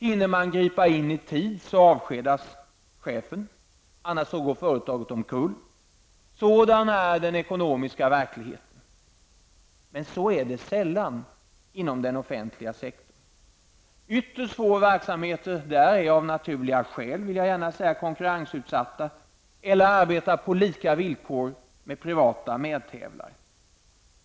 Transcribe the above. Hinner man gripa in i tid avskedas chefen. Annars går företaget omkull. Sådan är den ekonomiska verkligheten. Så är det sällan inom den offentliga sektorn. Ytterst få verksamheter där är -- av naturliga skäl, det vill jag gärna säga -- konkurrensutsatta eller arbetar på lika villkor med sina privata medtävlare.